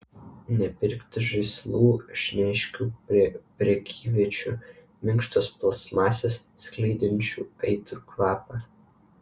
nepirkti žaislų iš neaiškių prekyviečių minkštos plastmasės skleidžiančių aitrų kvapą